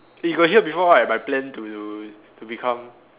eh you got hear before right my plan to to become